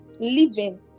living